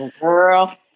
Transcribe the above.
Girl